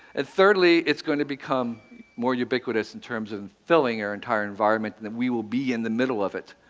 and thirdly, it's going to become more ubiquitous in terms of filling your entire environment, and and we will be in the middle of it.